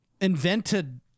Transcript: invented